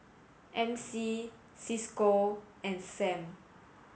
M C Cisco and Sam